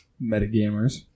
Metagamers